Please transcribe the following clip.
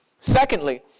Secondly